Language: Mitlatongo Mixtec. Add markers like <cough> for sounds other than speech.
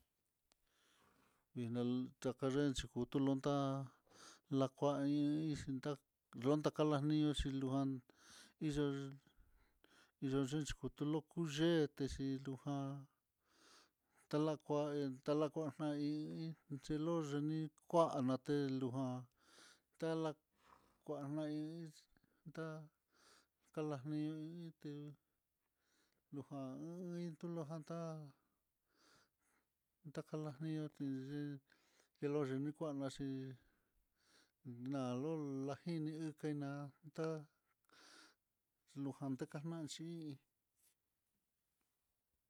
Kuila lakalenxhi chukuluntá, la kua i iinxhi ndá lonka kalani ñoxhi loán hix <hesitation> onxhi chikutu lu kuc <hesitation> xhi luján, talakua <hesitation> lakua jani'í xhilogani kuana telujan tekla kuana hí, nda kalahí tí lujan uin tulujan hí tulujan tá takalani tiliyi tilogi ni kuan nakuanaxhi na lo lajini keynatá lujan tekanaxhi'í.